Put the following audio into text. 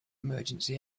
emergency